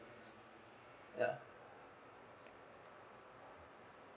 ya